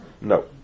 no